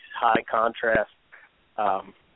high-contrast